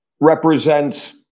represents